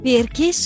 Perché